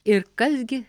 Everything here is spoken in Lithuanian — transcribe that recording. ir kas gi